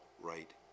right